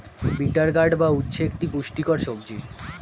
bitter gourd বা উচ্ছে একটি পুষ্টিকর সবজি